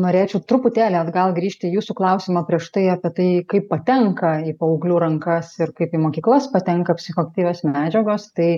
norėčiau truputėlį atgal grįžti į jūsų klausimą prieš tai apie tai kaip patenka į paauglių rankas ir kaip į mokyklas patenka psichoaktyvios medžiagos tai